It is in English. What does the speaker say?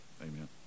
Amen